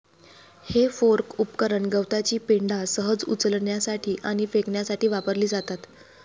हे फोर्क उपकरण गवताची पेंढा सहज उचलण्यासाठी आणि फेकण्यासाठी वापरली जातात